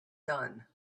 done